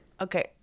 okay